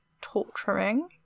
torturing